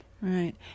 Right